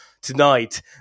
Tonight